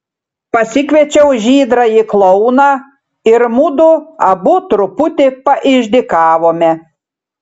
pasikviečiau žydrąjį klouną ir mudu abu truputį paišdykavome